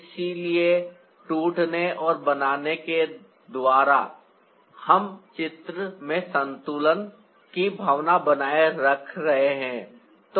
इसलिए टूटने और बनाने के द्वारा हम चित्र में संतुलन की भावना बनाए रख रहे हैं